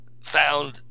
found